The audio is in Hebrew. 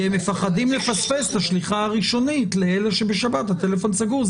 כי הם מפחדים לפספס את השליחה הראשונית לאלה שבשבת הטלפון סגור,